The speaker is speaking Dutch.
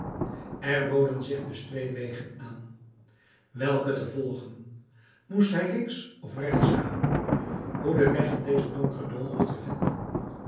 zich dus twee wegen aan welken te volgen moest hij links of rechts gaan hoe den weg in dezen donkeren doolhof te vinden